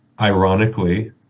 ironically